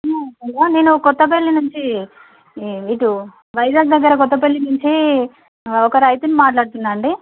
అయ్యా నేను కొత్తపల్లి నుంచి ఇటు వైజాగ్ దగ్గర కొత్తపల్లి నుంచి ఒక రైతును మాట్లాడుతున్నాను అండి